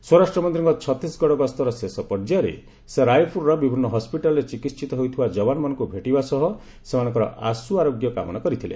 ସ୍ୱରାଷ୍ଟ୍ରମନ୍ତ୍ରୀଙ୍କ ଛତିଶଗଡ ଗସ୍ତର ଶେଷ ପର୍ଯ୍ୟାୟରେ ସେ ରାଇପୁରଠାରେ ବିଭିନ୍ନ ହସ୍ପିଟାଲରେ ଚିକିିିିତ ହେଉଥିବା ଯବାନମାନଙ୍କୁ ମଧ୍ୟ ଭେଟିବା ସହ ସେମାନଙ୍କର ଆଶୁ ଆରୋଗ୍ୟ କାମନା କରିଥିଲେ